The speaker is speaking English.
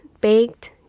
baked